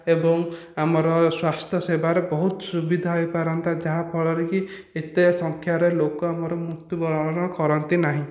ଏବଂ ଆମର ସ୍ଵାସ୍ଥ୍ୟ ସେବାର ବହୁତ ସୁବିଧା ହୋଇପାରନ୍ତା ଯାହାଫଳରେ କି ଏତେ ସଂଖ୍ୟାରେ ଲୋକ ଆମର ମୃତ୍ୟୁବରଣ କରନ୍ତେ ନାହିଁ